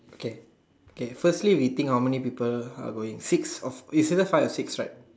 okay okay firstly we think how many people are going six of is either five or six right